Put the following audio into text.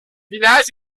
village